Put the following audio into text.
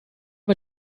mit